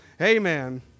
Amen